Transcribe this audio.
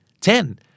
Ten